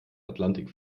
atlantik